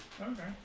Okay